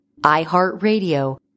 iHeartRadio